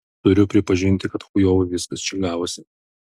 turiu pripažinti kad chujovai viskas čia gavosi